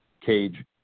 cage